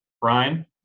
Brian